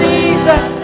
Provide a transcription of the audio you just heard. Jesus